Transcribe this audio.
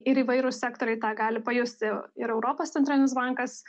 ir įvairūs sektoriai tą gali pajusti ir europos centrinis bankas